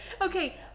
Okay